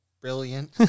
brilliant